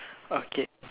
okay